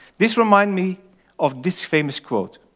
this reminds me of this famous quote